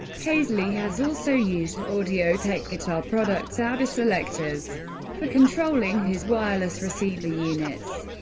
paisley has also used audiotech guitar products aby selector's for controlling his wireless receiver units.